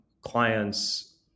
clients